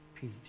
peace